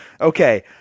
Okay